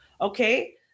Okay